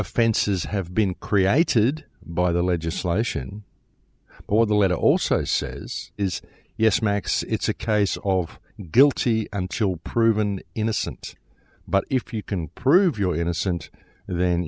offenses have been created by the legislation or the letter also says is yes max it's a case of guilty until proven innocent but if you can prove you're innocent then